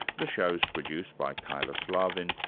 the show is produced by kyla slaven,